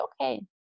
okay